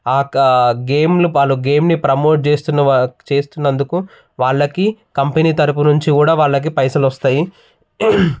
ఆ ఒక్క గేమ్లు వాళ్ళు గేమ్ని ప్రమోట్ చేస్తున్న వా చేస్తున్నందుకు వాళ్ళకీ కంపెనీ తరపు నుంచి కూడా వాళ్ళకి పైసలు వస్తాయి